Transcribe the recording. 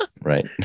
right